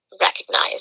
recognize